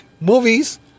movies